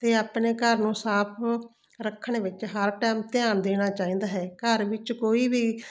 ਅਤੇ ਆਪਣੇ ਘਰ ਨੂੰ ਸਾਫ ਰੱਖਣ ਵਿੱਚ ਹਰ ਟਾਈਮ ਧਿਆਨ ਦੇਣਾ ਚਾਹੀਦਾ ਹੈ ਘਰ ਵਿੱਚ ਕੋਈ ਵੀ